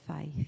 faith